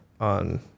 on